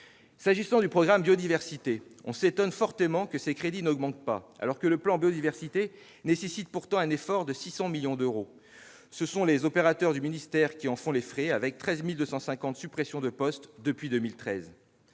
S'agissant du programme « Eau et biodiversité », nous nous étonnons fortement que ses crédits n'augmentent pas, alors que le plan Biodiversité nécessite un effort de 600 millions d'euros. Les opérateurs du ministère en font les frais, avec 13 250 suppressions de postes depuis 2013.